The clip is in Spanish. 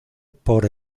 por